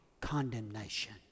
condemnation